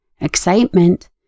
excitement